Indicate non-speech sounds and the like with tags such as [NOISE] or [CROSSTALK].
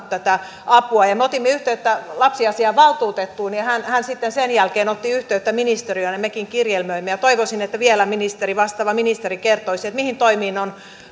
[UNINTELLIGIBLE] tätä apua ja kun me otimme yhteyttä lapsiasiavaltuutettuun niin hän hän sitten sen jälkeen otti yhteyttä ministeriöön ja mekin kirjelmöimme toivoisin että vielä vastaava ministeri kertoisi mihin toimiin on